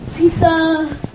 Pizza